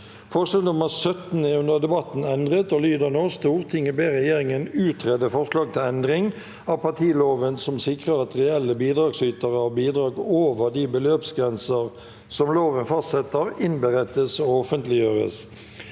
Forslag nr. 17 er under debatten endret og lyder nå: «Stortinget ber regjeringen utrede forslag til endring av partiloven som sikrer at reelle bidragsytere av bidrag over de beløpsgrenser som loven fastsetter, innberettes og offentliggjøres.